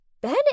Ben